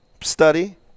study